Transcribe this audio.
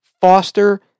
foster